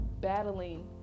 battling